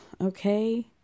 okay